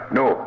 no